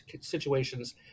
situations